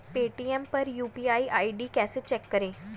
Paytm पर UPI ID कैसे check करें?